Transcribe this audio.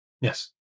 Yes